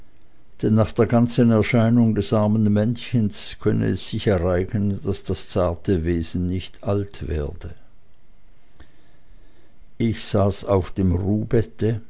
denn nach der ganzen erscheinung des armen mädchens könne es sich ereignen daß das zarte wesen nicht alt werde ich saß auf dem